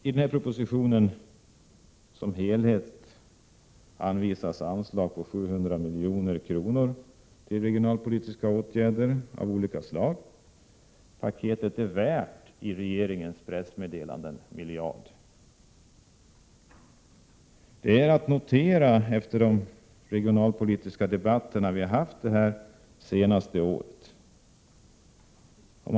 I propositionen anvisas anslag på 700 milj.kr. till regionalpolitiska åtgärder av olika slag. Paketet är i regeringens pressmeddelanden värt 1 miljard. Detta är värt att notera efter de regionalpolitiska debatter vi har fört under det senaste året.